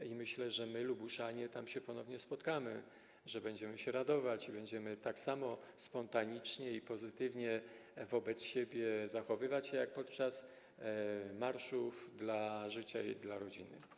I myślę, że my, Lubuszanie, ponownie się tam spotkamy, że będziemy się radować i będziemy tak samo spontanicznie i pozytywnie wobec siebie się zachowywać jak podczas marszów dla życia i dla rodziny.